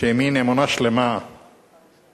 שהאמינו באמונה שלמה למופז.